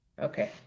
Okay